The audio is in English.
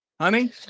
honey